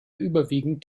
überwiegend